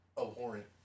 abhorrent